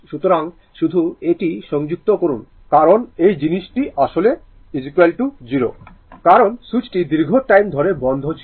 সুতরাং শুধু এটি সংযুক্ত করুন কারণ এই জিনিসটি আসলে 0 কারণ সুইচটি দীর্ঘ টাইম ধরে বন্ধ ছিল